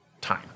time